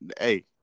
hey